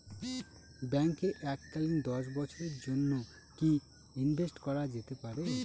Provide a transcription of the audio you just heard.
ব্যাঙ্কে এককালীন দশ বছরের জন্য কি ইনভেস্ট করা যেতে পারে?